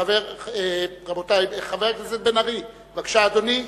חבר הכנסת בן-ארי, בבקשה, אדוני.